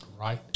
right